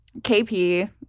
KP